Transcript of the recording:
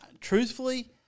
truthfully